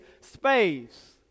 space